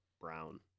Brown